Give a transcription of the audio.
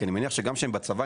כי אני מניח שגם כשהם בצבא,